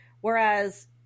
Whereas